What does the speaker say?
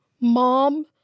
mom